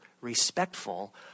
respectful